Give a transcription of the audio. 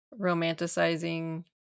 romanticizing